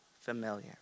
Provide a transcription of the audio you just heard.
familiar